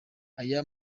aya